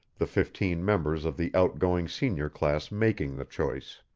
the fifteen members of the outgoing senior class making the choice.